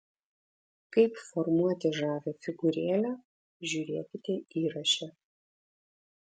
kaip formuoti žavią figūrėlę žiūrėkite įraše